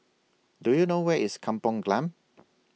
Do YOU know Where IS Kampung Glam